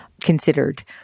considered